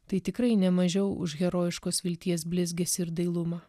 tai tikrai ne mažiau už herojiškos vilties blizgesį ir dailumą